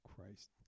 Christ